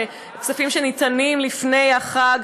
כספים שניתנים לפני החג,